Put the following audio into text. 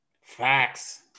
Facts